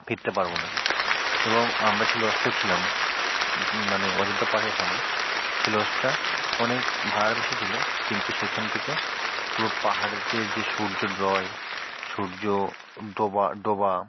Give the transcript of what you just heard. ফিরতে পারব না এবং আমরা যে লজটায় ছিলাম মানে অযোধ্যা পাহাড়ের ওখানে সে লজটা অনেক ভাড়া বেশি ছিল কিন্তু সেইখান থেকে পুরো পাহাড়ের যে সূর্যোদয় সূর্য ডোবা ডোবা